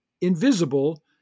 invisible